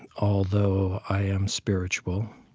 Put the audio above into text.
although i am spiritual.